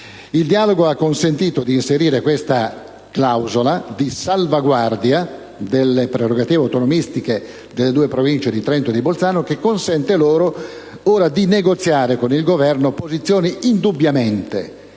Il dialogo ha consentito di inserire invece questa clausola di salvaguardia delle prerogative autonomistiche delle due Province autonome di Trento e di Bolzano, che consente loro di negoziare ora con il Governo posizioni indubbiamente diverse